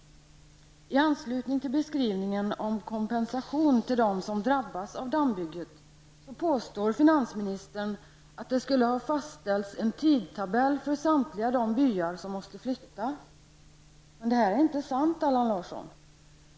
I anslutning till beskrivningen om kompensation till dem som drabbas av dammbygget påstår finansministern att det skulle ha fastställts en tidtabell för samtliga de byar som måste flytta. Detta är ju osanning, Allan Larsson!